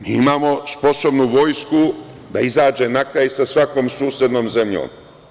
Mi imamo sposobnu vojsku da izađe na kraj sa svakom susednom zemljom.